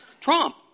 Trump